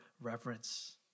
reverence